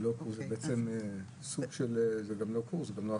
זה לא קורס וזאת גם לא הכשרה.